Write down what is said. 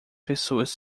pessoas